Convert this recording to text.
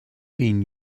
been